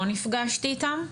לא נפגשתי איתם,